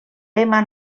lema